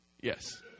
Yes